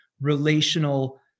relational